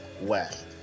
west